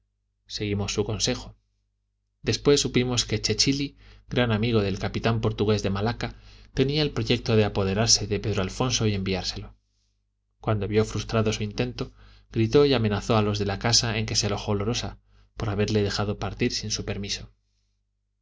seguimos su consejo después supimos que chechili gran amigo del capitán portugués de malaca tenía el proyecto de apoderarse de pedro alfonso y enviárselo cuando vio frustrado su intento gritó y amenazó a los de la casa en que se alojó lorosa por haberle dejado partir sin su permiso